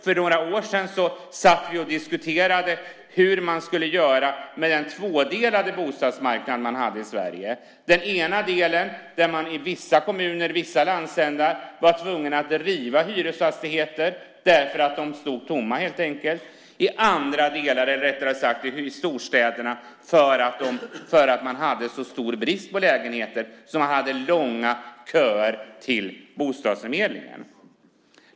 För några år sedan satt vi och diskuterade hur man skulle göra med den tvådelade bostadsmarknad man hade i Sverige. Den ena delen utgjordes av vissa kommuner i vissa landsändar, där man var tvungen att riva hyresfastigheter, helt enkelt därför att de stod tomma, och den andra delen utgjordes av storstäderna, där man hade så stor brist på lägenheter att man hade långa köer till bostadsförmedlingen.